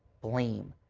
blame.